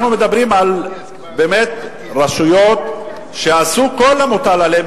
אנחנו מדברים על רשויות שעשו את כל המוטל עליהן